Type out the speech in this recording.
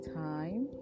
time